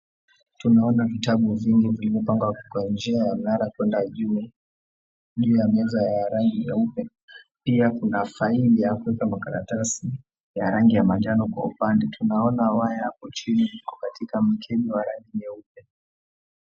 Tunaona vitabu vingi vimepangwa kwa njia yab mnara kuenda juu ya meza ya rangi nyeupe. Pia kuna faili ya kuweka makaratasi ya rangi ya manjano. Kwa upande tunaona waya hapo chini iko katika mkebe wa rangi nyeupe.